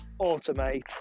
automate